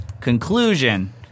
conclusion